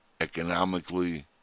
economically